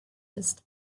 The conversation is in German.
ist